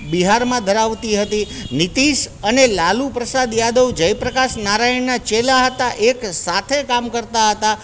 બિહારમાં ધરાવતી હતી નીતિશ અને લાલુ પ્રસાદ યાદવ જય પ્રકાશ નારાયણના ચેલા હતા એક સાથે કામ કરતા હતા